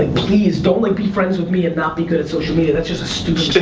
ah please don't like be friends with me and not be good at social media, that's just the stupidest